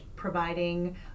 providing